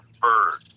bird